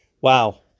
Wow